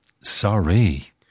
sorry